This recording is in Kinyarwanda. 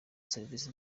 serivisi